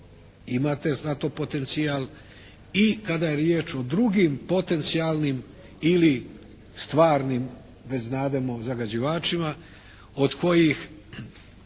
imate za to potencijal i kada je riječ o drugim potencijalnim ili stvarnim već znademo zagađivačima od kojih